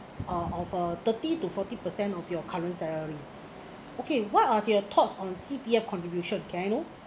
uh of a thirty to forty percent of your current salary okay what are your thoughts on C_P_F contribution can I know